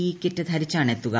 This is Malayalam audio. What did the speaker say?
E kit ധരിച്ചാണെത്തുക